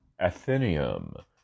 Athenium